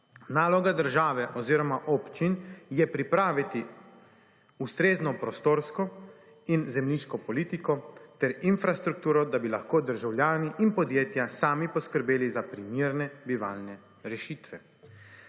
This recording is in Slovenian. Naloga države oziroma občin je pripraviti ustrezno prostorsko in zemljiško politiko ter infrastrukturo, da bi lahko državljani in podjetja sami poskrbeli za primerne bivalne rešitve.